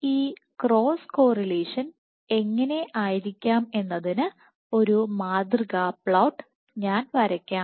ഈ cross correlation എങ്ങനെയിരിക്കാമെന്നതിന് ഒരു മാതൃക പ്ലോട്ട് ഞാൻ വരയ്ക്കാം